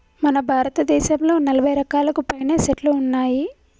మన భారతదేసంలో నలభై రకాలకు పైనే సెట్లు ఉన్నాయి